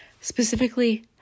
Specifically